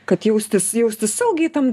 kad jaustis jaustis saugiai tam